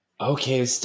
Okay